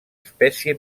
espècie